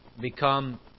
become